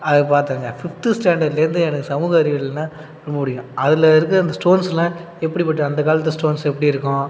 அது பார்த்தேங்க ஃபிஃப்த்து ஸ்டாண்டர்ட்லேருந்து எனக்கு சமூக அறிவியல்னால் ரொம்ப பிடிக்கும் அதில் இருக்கற அந்த ஸ்டோன்ஸெலாம் எப்படிப்பட்ட அந்த காலத்து ஸ்டோன்ஸ் எப்படி இருக்கும்